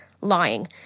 lying